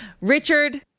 Richard